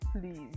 please